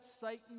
Satan